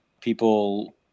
People